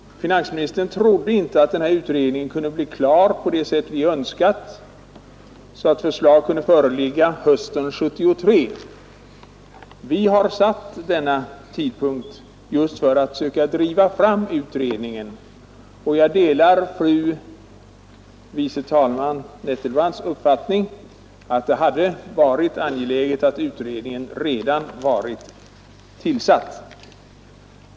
Finansministern trodde inte att den här utredningen kunde bli klar på det sätt vi önskat, så att förslag kunde föreligga hösten 1973. Vi har satt denna tidpunkt just för att söka driva fram utredningen. Jag delar fru andre vice talmannen Nettelbrandts uppfattning att det hade varit angeläget att utredningen redan varit tillsatt.